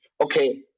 okay